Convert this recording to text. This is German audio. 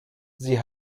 sie